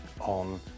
on